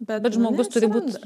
bet žmogus turi būt